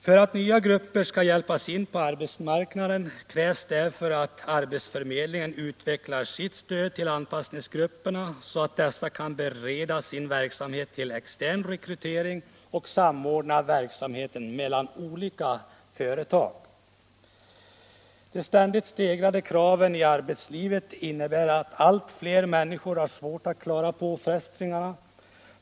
För att nya grupper skall hjälpas in på arbetsmarknaden krävs därför att arbetsförmedlingen utvecklar sitt stöd till anpassningsgrupperna så att dessa kan bredda sin verksamhet till extern rekrytering och samordna verksamheten mellan olika företag. De ständigt stegrade kraven i arbetslivet innebär att allt fler människor har svårt att klara påfrestningarna.